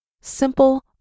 simple